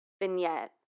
vignette